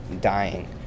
dying